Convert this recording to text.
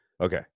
Okay